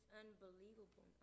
unbelievable